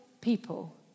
people